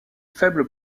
faible